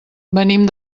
venim